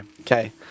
okay